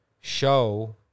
show